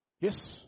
Yes